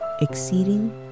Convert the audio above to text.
exceeding